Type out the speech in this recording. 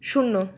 শূন্য